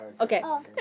Okay